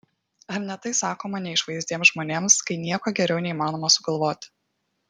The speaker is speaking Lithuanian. ar ne tai sakoma neišvaizdiems žmonėms kai nieko geriau neįmanoma sugalvoti